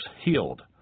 healed